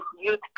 youth